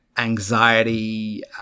anxiety